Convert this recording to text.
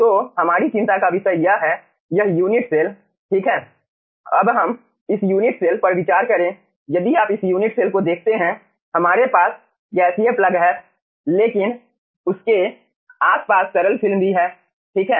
तो हमारी चिंता का विषय यहाँ पर है यह यूनिट सेल ठीक है अब हम इस यूनिट सेल पर विचार करें यदि आप इस यूनिट सेल को देखते है हमारे पास गैसीय प्लग हैं लेकिन उसके आसपास तरल फिल्म भी है ठीक हैं